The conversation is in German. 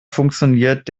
funktioniert